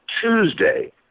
tuesday